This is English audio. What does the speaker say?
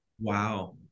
Wow